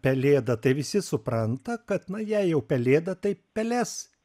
pelėda tai visi supranta kad na jei jau pelėda tai peles